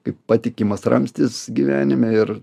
kaip patikimas ramstis gyvenime ir